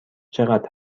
چقدر